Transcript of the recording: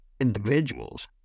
individuals